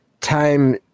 time